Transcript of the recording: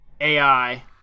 AI